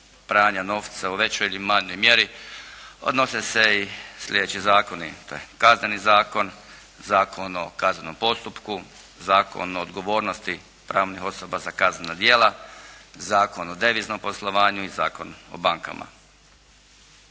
pranja novca u većoj ili manjoj mjeri odnose se i sljedeći zakoni: to je Kazneni zakon, Zakon o kaznenom postupku, Zakon o odgovornosti pravnih osoba za kaznena djela Zakon o deviznom poslovanju i Zakon o bankama.